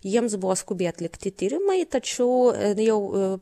jiems buvo skubiai atlikti tyrimai tačiau jau